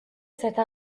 cette